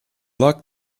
luck